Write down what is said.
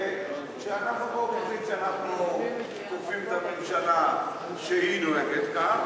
כשאנחנו באופוזיציה אנחנו תוקפים את הממשלה שהיא נוהגת כך,